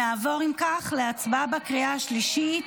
נעבור אם כך להצבעה בקריאה השלישית.